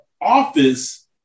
office